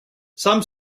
some